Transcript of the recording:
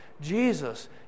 Jesus